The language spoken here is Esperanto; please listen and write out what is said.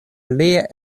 lia